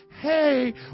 Hey